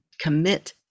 commit